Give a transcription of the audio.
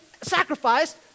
sacrificed